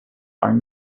are